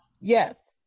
Yes